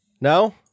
No